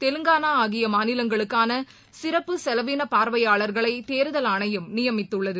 தெலுங்காளாஆகியமாநிலங்களுக்களாசிறப்பு செலவினபார்வையாளர்களைதேர்தல் ஆணையம் நியமித்துள்ளது